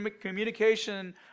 communication